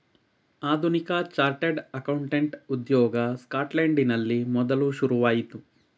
ಆಧುನಿಕ chartered accountant ಉದ್ಯೋಗ ಸ್ಕಾಟ್ಲೆಂಡಿನಲ್ಲಿ ಮೊದಲು ಶುರುವಾಯಿತು